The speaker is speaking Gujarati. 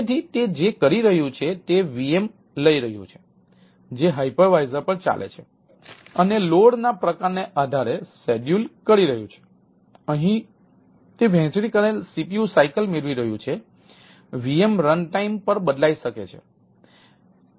તેથી તે જે કરી રહ્યું છે તે VM લઈ રહ્યું છે જે હાઇપરવિઝર પર ચાલે છે અને લોડ પર બદલી શકાય છે